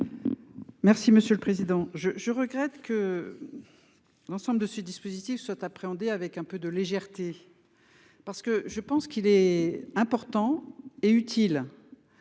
Merci monsieur le président je je regrette que. L'ensemble de ce dispositif soit appréhendé avec un peu de légèreté. Parce que je pense qu'il est important et utile.